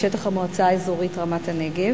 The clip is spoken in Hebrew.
בשטח המועצה האזורית רמת-הנגב.